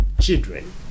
children